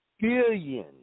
billion